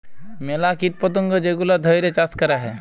ম্যালা কীট পতঙ্গ যেগলা ধ্যইরে চাষ ক্যরা হ্যয়